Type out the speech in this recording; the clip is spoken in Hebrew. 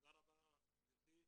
תודה רבה, גברתי.